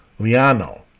Liano